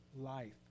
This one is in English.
life